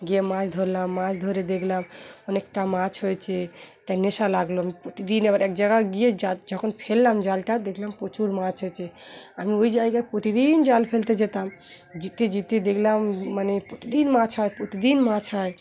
গিয়ে মাছ ধরলাম মাছ ধরে দেখলাম অনেকটা মাছ হয়েছে এক নেশা লাগলো আম প্রতিদিন আবার এক জায়গায় গিয়ে যখন ফেললাম জালটা দেখলাম প্রচুর মাছ হয়েছে আমি ওই জায়গায় প্রতিদিন জাল ফেলতে যেতাম জিতে জিতে দেখলাম মানে প্রতিদিন মাছ হয় প্রতিদিন মাছ হয়